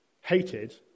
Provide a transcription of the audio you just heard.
hated